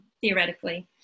theoretically